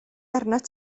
arnat